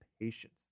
patience